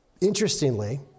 Interestingly